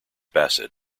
bassett